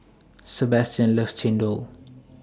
Sebastian loves Chendol